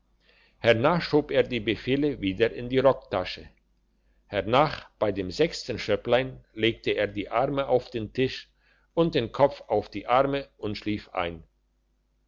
hernach schob er die befehle wieder in die rocktasche hernach bei dem sechsten schöpplein legte er die arme auf den tisch und den kopf auf die arme und schlief ein